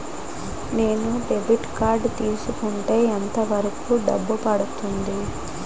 నేను debit card తీసుకుంటే ఎంత వరకు డబ్బు పడుతుంది?